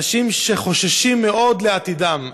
אנשים שחוששים מאוד לעתידם,